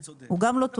הוא גם לא תובע,